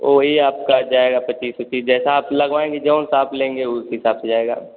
वही आपका जाएगा पच्चीस उचीस जैसा आप लगवाएंगे जवन सा आप लेंगे उस हिसाब से जाएगा